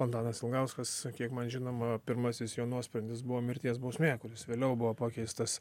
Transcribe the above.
antanas ilgauskas kiek man žinoma pirmasis jo nuosprendis buvo mirties bausmė kuris vėliau buvo pakeistas